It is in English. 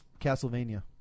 Castlevania